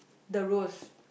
the rose